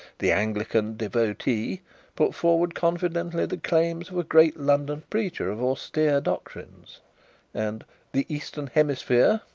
the anglican devotee put forward confidently the claims of a great london preacher of austere doctrines and the eastern hemisphere,